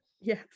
Yes